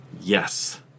Yes